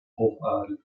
hochadel